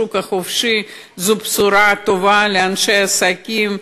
והשוק החופשי הוא בשורה טובה לאנשי עסקים,